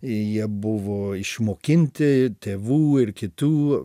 jie buvo išmokinti tėvų ir kitų